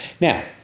Now